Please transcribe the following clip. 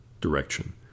direction